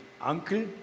Uncle